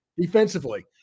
Defensively